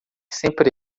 sempre